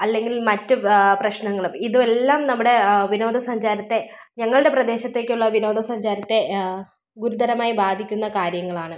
അല്ലെങ്കിൽ മറ്റ് പ്രശ്നങ്ങൾ ഇതു എല്ലാം നമ്മുടെ വിനോദ സഞ്ചാരത്തെ ഞങ്ങളുടെ പ്രദേശത്തേക്കുള്ള വിനോദ സഞ്ചാരത്തെ ഗുരുതരമായി ബാധിക്കുന്ന കാര്യങ്ങളാണ്